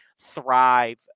thrive